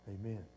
amen